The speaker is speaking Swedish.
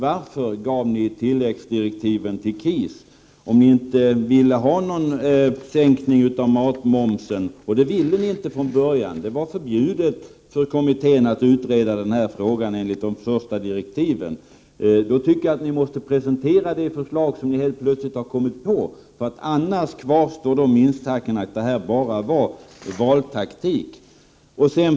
Varför gav ni tilläggsdirektiv till KIS om ni inte ville ha sänkt matmoms? Ni ville ju inte ha det från början. Det var förbjudet för kommittén att utreda den här frågan enligt de första direktiven. Då tycker jag att ni borde presentera det förslag som ni helt plötsligt har kommit på. Annars kvarstår misstankarna att detta bara var valtaktik.